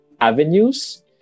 avenues